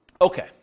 Okay